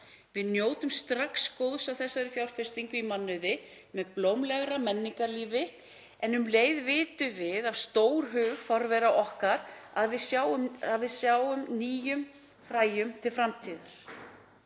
Við njótum strax góðs af þessari fjárfestingu í mannauði með blómlegra menningarlífi, en um leið vitum við það af stórhug forvera okkar að við sáum nýjum fræjum til framtíðar.